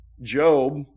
Job